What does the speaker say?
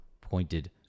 pointed